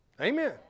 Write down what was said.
Amen